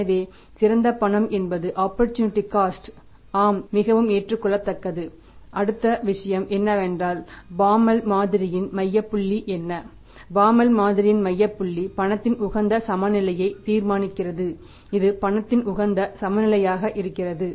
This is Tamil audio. எனவே சிறந்த பணம் என்பது ஆப்பர்சூனிட்டி காஸ்ட் மாதிரியின் மைய புள்ளி பணத்தின் உகந்த சமநிலையை தீர்மானிக்கிறது இது பணத்தின் உகந்த சமநிலையாக இருக்க வேண்டும்